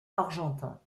argentin